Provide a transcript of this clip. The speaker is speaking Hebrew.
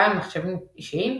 גם במחשבים אישיים,